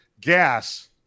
Gas